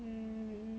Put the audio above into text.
mm